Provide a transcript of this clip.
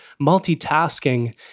multitasking